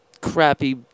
crappy